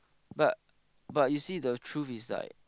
but but you see the truth is like